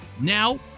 Now